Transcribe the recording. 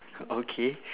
okay